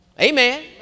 Amen